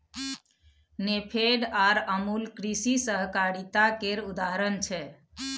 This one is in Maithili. नेफेड आर अमुल कृषि सहकारिता केर उदाहरण छै